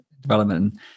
development